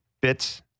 bits